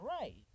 right